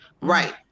Right